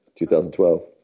2012